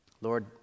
Lord